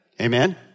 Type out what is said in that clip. Amen